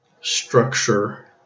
structure